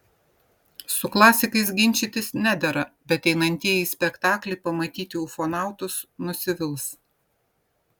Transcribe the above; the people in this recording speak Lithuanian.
su klasikais ginčytis nedera bet einantieji į spektaklį pamatyti ufonautus nusivils